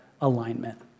alignment